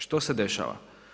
Što se dešava?